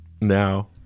now